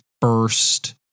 first